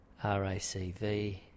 RACV